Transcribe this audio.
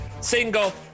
single